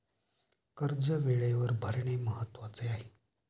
कर्ज वेळेवर भरणे महत्वाचे आहे